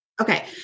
Okay